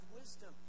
wisdom